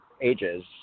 ages